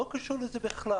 זה לא קשור לזה בכלל.